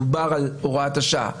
דובר על הוראת השעה,